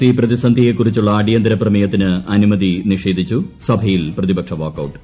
C പ്രതിസന്ധിയെ കുറിച്ചുള്ള അടിയന്തര പ്രമേയത്തിന് അനുമതി നിഷേധിച്ചു നിയമസഭയിൽ ഇന്ന് പ്രതിപക്ഷ വാക്കൌട്ട്